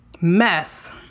mess